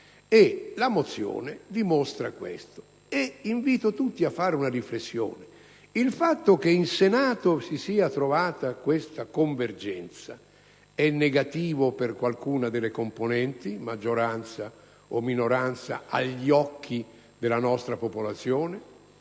La mozione dimostra questo. Invito tutti a fare una riflessione. Il fatto che in Senato si sia trovata questa convergenza è negativo per qualcuna delle componenti, maggioranza o minoranza, agli occhi della nostra popolazione?